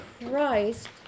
Christ